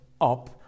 up